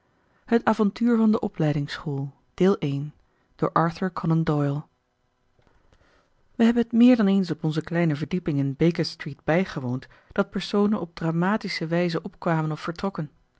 het avontuur van de opleidingsschool wij hebben het meer dan eens op onze kleine verdieping in baker street bijgewoond dat personen op dramatische wijze opkwamen of vertrokken